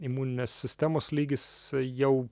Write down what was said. imuninės sistemos lygis jau